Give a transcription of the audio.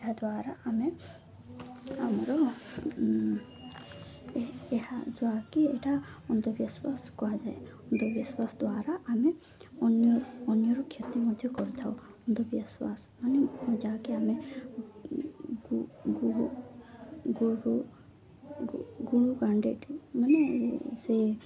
ଏହାଦ୍ୱାରା ଆମେ ଆମର ଏହା ଯାହାକି ଏଇଟା ଅନ୍ଧବିଶ୍ୱାସ କୁହାଯାଏ ଅନ୍ଧବିଶ୍ୱାସ ଦ୍ଵାରା ଆମେ ଅନ୍ୟ ଅନ୍ୟରୁ କ୍ଷତି ମଧ୍ୟ କରିଥାଉ ଅନ୍ଧବିଶ୍ୱାସ ମାନେ ଯାହାକି ଆମେ ମାନେ ସେ ଯ